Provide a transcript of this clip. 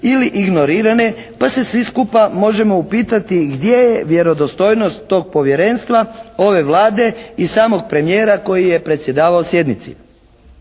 ili ignorirane pa se svi skupa možemo upitati gdje je vjerodostojnost tog povjerenstva, ove Vlade i samog premijera koji je predsjedavao sjednici.